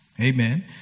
Amen